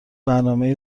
برنامهای